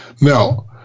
Now